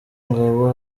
ngabo